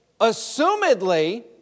assumedly